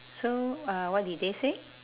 so uh what did they say